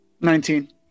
Nineteen